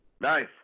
Nice